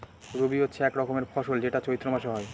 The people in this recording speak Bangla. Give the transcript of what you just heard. রবি হচ্ছে এক রকমের ফসল যেটা চৈত্র মাসে হয়